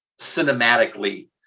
cinematically